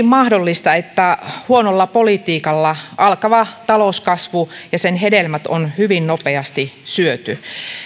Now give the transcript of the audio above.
mahdollista että huonolla politiikalla alkava talouskasvu ja sen hedelmät on hyvin nopeasti syöty